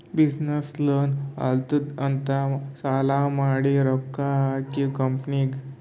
business loss ಆಲಾತ್ತುದ್ ಅಂತ್ ಸಾಲಾ ಮಾಡಿ ರೊಕ್ಕಾ ಹಾಕಿವ್ ಕಂಪನಿನಾಗ್